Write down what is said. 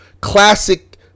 classic